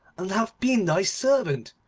and have been thy servant.